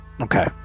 Okay